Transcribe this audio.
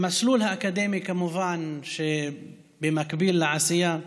במסלול האקדמי, כמובן שבמקביל לעשייה,